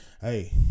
hey